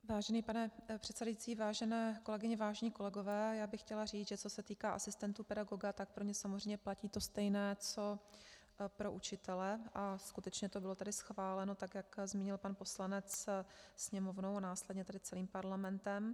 Vážený pane předsedající, vážené kolegyně, vážení kolegové, já bych chtěla říct, že co se týká asistentů pedagoga, tak pro ně samozřejmě platí to stejné co pro učitele, a skutečně to bylo schváleno tak, jak zmínil pan poslanec, Sněmovnou a následně tedy celým Parlamentem.